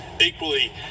Equally